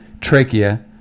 trachea